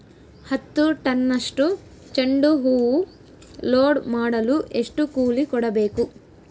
ಹತ್ತು ಟನ್ನಷ್ಟು ಚೆಂಡುಹೂ ಲೋಡ್ ಮಾಡಲು ಎಷ್ಟು ಕೂಲಿ ಕೊಡಬೇಕು?